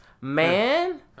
man